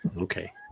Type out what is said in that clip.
okay